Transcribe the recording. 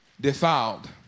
defiled